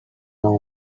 know